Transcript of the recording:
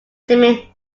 jimmy